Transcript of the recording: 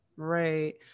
right